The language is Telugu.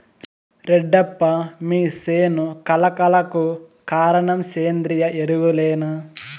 రెడ్డప్ప మీ సేను కళ కళకు కారణం సేంద్రీయ ఎరువులేనా